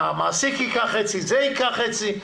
המעסיק ייקח חצי, זה ייקח חצי.